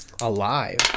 Alive